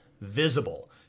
visible